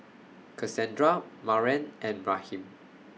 Cassandra Maren and Raheem